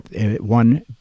one